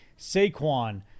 Saquon